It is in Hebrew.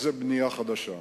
בנייה חדשה.